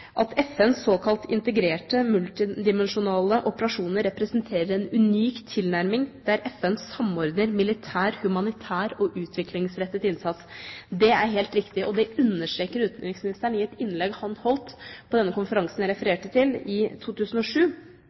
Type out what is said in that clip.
at FNs såkalte «integrerte multidimensjonale operasjoner» representerer en unik tilnærming, der FN samordner militær, humanitær og utviklingsrettet innsats. Det er helt riktig. Det understreket utenriksministeren i et innlegg han holdt på denne konferansen jeg refererte til, i 2007,